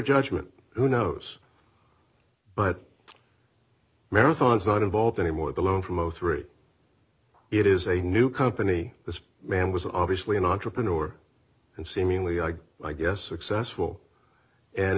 judgment who knows but marathons not involved anymore the loan from three it is a new company this man was obviously an entrepreneur and seemingly i guess successful and